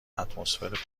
اتمسفر